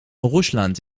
russland